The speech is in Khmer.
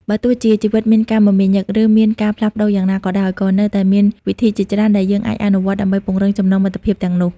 បើទោះជាជីវិតមានការមមាញឹក ឬមានការផ្លាស់ប្តូរយ៉ាងណាក៏ដោយ ក៏នៅតែមានវិធីជាច្រើនដែលយើងអាចអនុវត្តដើម្បីពង្រឹងចំណងមិត្តភាពទាំងនោះ។